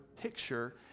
picture